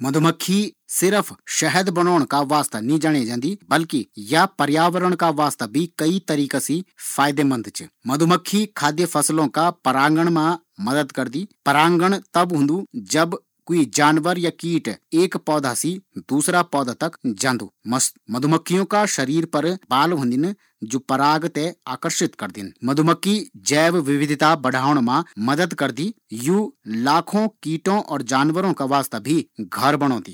मधुमखी सिर्फ शहद बणोंण का वास्ता नी जाणे जांदी बल्कि या पर्यावरण का वास्ता बजी कई तरीका सी फायेदामंद च, मधुमखी खाद्य फसलों का पराँगण मा भी अपनी भूमिका निभोंदी। पराँगण तब होन्दु ज़ब क्वी कीट एक पौधा सी दूसरा तक जांदु। मधुमखी जैव विविधता बढ़ोण मा मदद करदी।